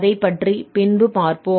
அதைப்பற்றி பின்பு பார்ப்போம்